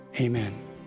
Amen